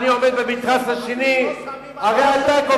מה, אני עומד במתרס השני?